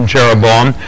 Jeroboam